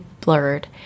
blurred